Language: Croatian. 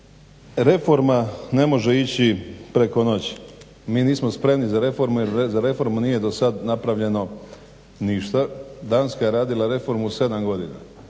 reforma ne može ići preko noći. Mi nismo spremni za reformu, jer za reformu nije do sad napravljeno ništa. Danska je radila reformu 7 godina